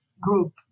group